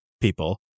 people